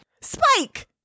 Spike